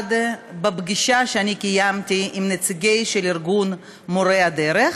נולד בפגישה שקיימתי עם נציגי ארגון מורי הדרך,